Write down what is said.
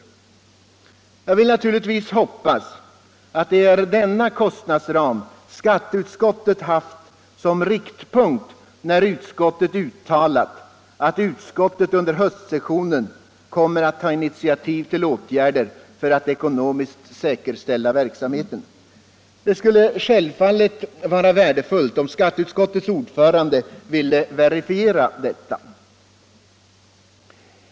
Jag vill naturligtvis hoppas att det är denna kostnadsram skatteutskottet haft som riktpunkt när utskottet uttalat att utskottet under höstsessionen kommer att ta initiativ till åtgärder för att ekonomiskt säkerställa verksamheten. Det skulle självfallet vara värdefullt om skatteutskottets ordförande vill verifiera detta.